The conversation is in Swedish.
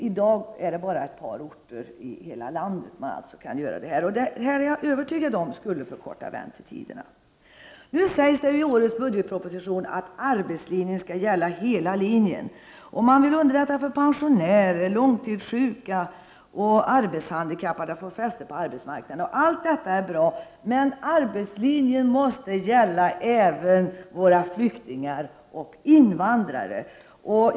I dag är det alltså bara ett par orter i hela landet där man kan få sådan legitimation. Jag är övertygad om att det här förslaget skulle förkorta väntetiderna. Nu sägs det i årets budgetproposition att arbetslinjen skall gälla hela fältet. Man vill underlätta för pensionärer, långtidssjuka och arbetshandikappade att få fäste på arbetsmarknaden. Allt detta är bra, men arbetslinjen måste gälla även våra flyktingar och invandrare.